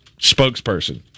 spokesperson